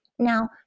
Now